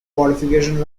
qualification